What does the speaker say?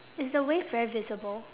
is the wave very visible